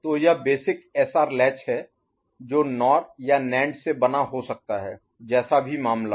तो यह basic SR latch है जो नॉर या नैंड से बना हो सकता है जैसा भी मामला हो